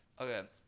okay